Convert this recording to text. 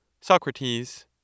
Socrates